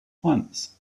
plants